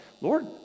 Lord